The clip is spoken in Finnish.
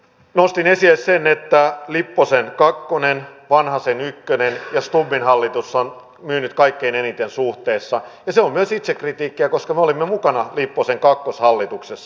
nostin esille sen että lipposen kakkonen vanhasen ykkönen ja stubbin hallitus ovat myyneet suhteessa kaikkein eniten ja se on myös itsekritiikkiä koska me olimme mukana lipposen kakkoshallituksessa